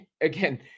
again